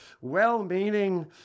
well-meaning